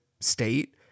state